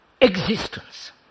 existence